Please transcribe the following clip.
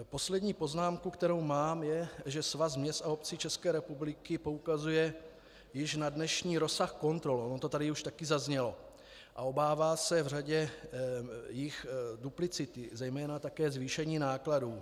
Poslední poznámka, kterou mám, je, že Svaz měst a obcí ČR poukazuje již na dnešní rozsah kontrol, ono to tady už taky zaznělo, a obává se v řadě jich duplicity, zejména také zvýšení nákladů.